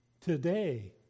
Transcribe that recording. today